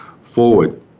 forward